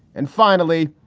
and finally,